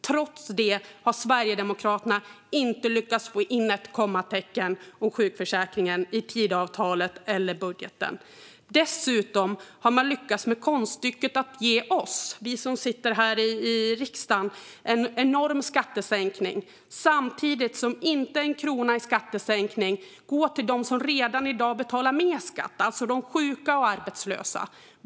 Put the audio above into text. Trots det har Sverigedemokraterna inte lyckats få in ett kommatecken när det gäller sjukförsäkringen i Tidöavtalet eller budgeten. Dessutom har man lyckats med konststycket att ge oss som sitter här i riksdagen en enorm skattesänkning samtidigt som inte en krona i skattesänkning går till dem som redan i dag betalar mer skatt, alltså de sjuka och arbetslösa.